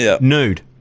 nude